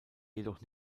jedoch